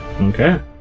Okay